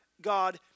God